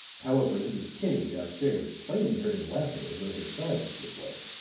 however, mrs. kinney, down-stairs, plainly heard him laughing as though his sides would give way.